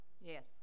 Yes